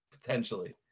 potentially